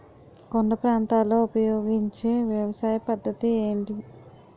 కొండ ప్రాంతాల్లో ఉపయోగించే వ్యవసాయ పద్ధతి ఏంటి?